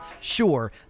sure